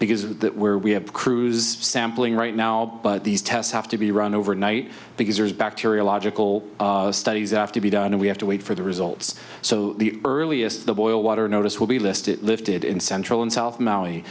because that where we have crews sampling right now but these tests have to be run overnight because there's bacteriological studies after be done and we have to wait for the results so the earliest the boil water notice will be listed lifted in central and south maui